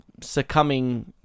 succumbing